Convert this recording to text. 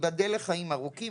ייבדל לחיים ארוכים,